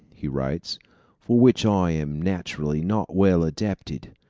he writes for which i am naturally not well adapted.